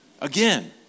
Again